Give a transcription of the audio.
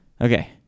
Okay